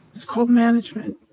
it's called management.